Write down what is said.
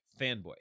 fanboy